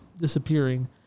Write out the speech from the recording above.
disappearing